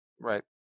Right